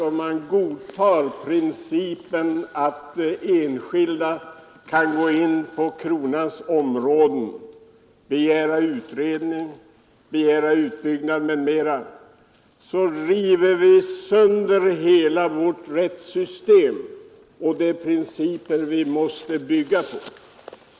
Om man godtar principen att enskilda kan gå in på kronans områden, begära utbyggnad m.m., så river vi sönder hela vårt rättssystem och de principer vi måste bygga på.